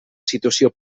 situació